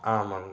ஆமாங்க